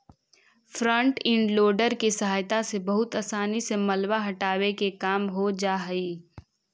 front end loader के सहायता से बहुत असानी से मलबा हटावे के काम हो जा हई